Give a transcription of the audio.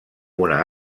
una